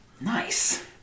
Nice